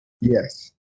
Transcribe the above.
Yes